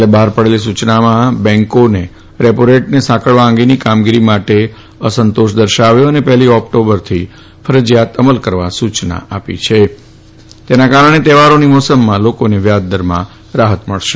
લે બહાર પાડેલી સૂચનામાં રેપો રેટને સાંકળવા અંગેની કામગીરી અંગે અસંતોષ જાહેર કર્યો હતો અને પહેલી ઓક્ટોબરથી ફરજીયાત અમલ કરવાની સૂયના આપી છે તેના કારણે તહેવારોની મોસમમાં લોકોને વ્યાજદરમાં રાહત મળશે